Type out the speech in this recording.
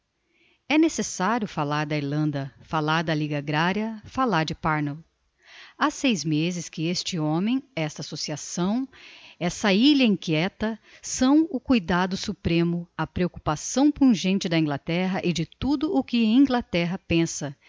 é necessario fallar da irlanda fallar da liga agraria fallar de parnell ha seis mezes que este homem esta associação essa ilha inquieta são o cuidado supremo a preoccupação pungente da inglaterra e de tudo o que em inglaterra pensa